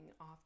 off